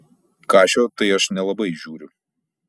kašio tai aš nelabai žiūriu